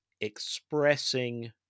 expressing